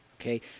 Okay